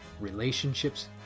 relationships